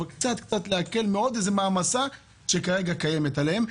אבל קצת להקל מעוד מעמסה שכרגע קיימת עליהם.